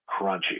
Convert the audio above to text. crunchy